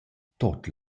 tuot